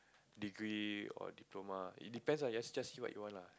degree or diploma it depends lah just see what you want lah